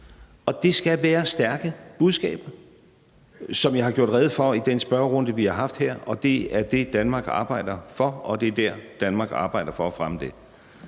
Og det skal være stærke budskaber, som jeg har gjort rede for i den spørgerunde, vi har haft her, og det er det, Danmark arbejder for, og det er der, hvor Danmark arbejder for at fremme det.